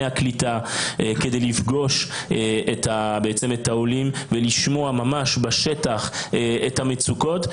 הקליטה כדי לפגוש את העולים ולשמוע ממש בשטח את המצוקות,